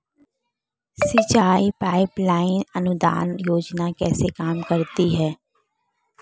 सिंचाई pipeline अनुदान योजना कैसे काम करती है?